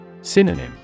Synonym